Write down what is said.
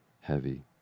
heavy